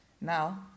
Now